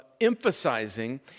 emphasizing